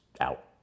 out